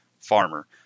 farmer